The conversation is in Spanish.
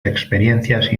experiencias